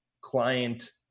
client